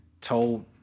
told